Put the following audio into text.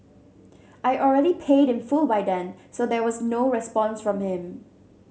I already paid in full by then so there was no response from him